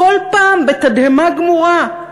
כל פעם בתדהמה גמורה.